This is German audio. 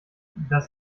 das